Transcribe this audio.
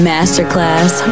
Masterclass